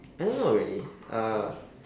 I mean not really uh